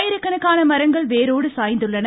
ஆயிரக்கணக்கான மரங்கள் வேரோடு சாய்ந்துள்ளன